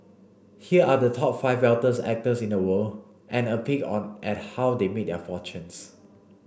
here are the top five wealthiest actors in the world and a peek on at how they made their fortunes